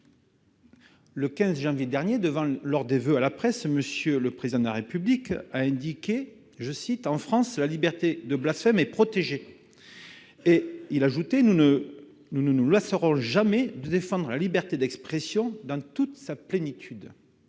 le 15 janvier dernier, lors de ses voeux à la presse, M. le Président de la République indiquait que, « en France, la liberté de blasphème est protégée. » Il ajoutait :« nous ne nous lasserons jamais de défendre la liberté d'expression, dans toute sa plénitude.